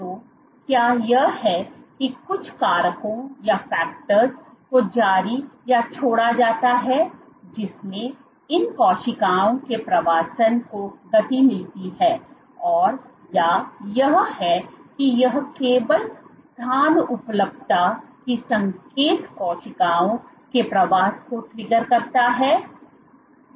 तो क्या यह है कि कुछ कारकों को जारी या छोड़ा जाता है जिससे इन कोशिकाओं के प्रवासन को गति मिलती है और या यह है कि यह केवल स्थानउपलब्धता की संकेत कोशिकाओं के प्रवास को ट्रिगर करता है